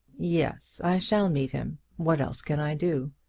yes i shall meet him. what else can i do?